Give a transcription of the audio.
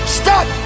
stop